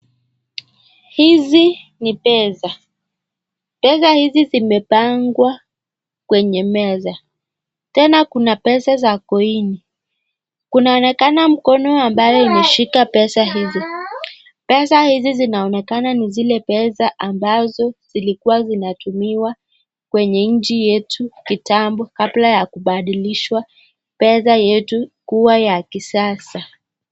Hizi ni pesa, peasa hizi zimepangwa kwenye meza tena kuna pesa za koini , kunaonekana mkono ambayo imeshika pesa hizi, pesa hizi zinaonekana ni zile pesa ambazo zilikuwa zinatumiwa kwenye nchi yetu kitambo kabla ya kubadilishwa pesa yetu kuwa ya kisasa.